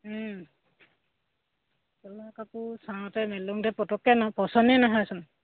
ও চোলা কাপোৰ চাওঁতে মেলোতে পটকে নহয় পচন্দই নহয়চোন